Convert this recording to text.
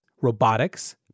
robotics